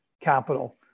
capital